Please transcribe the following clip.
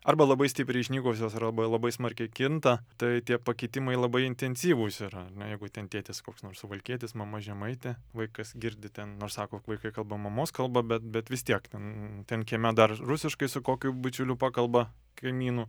arba labai stipriai išnykusios arba labai smarkiai kinta tai tie pakitimai labai intensyvūs yra ar ne jeigu ten tėtis koks nors suvalkietis mama žemaitė vaikas girdi ten nors sako vaikai kalba mamos kalba bet bet vis tiek ten ten kieme dar rusiškai su kokiu bičiuliu pakalba kaimynų